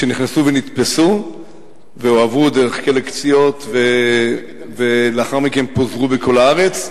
נכנסו ונתפסו והועברו דרך כלא "קציעות" ולאחר מכן פוזרו בכל הארץ,